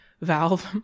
valve